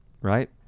right